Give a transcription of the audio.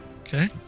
okay